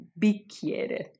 Bicchiere